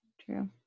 True